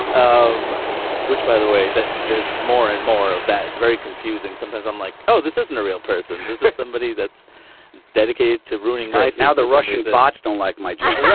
um which by the way there's more and more of that. it's very confusing sometimes um like oh this isn't a real person. this is somebody that's dedicated to ruining my life now the russians botched don't like my job yeah